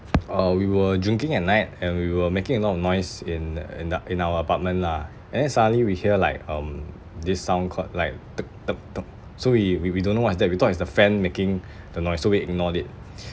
uh we were drinking at night and we were making a lot of noise in in the in our apartment lah and then suddenly we hear like um this sound called like tuk tuk tuk so we we we don't know what's that we thought is the fan making the noise so we ignored it